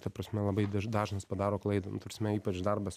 ta prasme labai daž dažnas padaro klaidą nu ta prasme ypač darbas